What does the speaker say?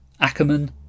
Ackerman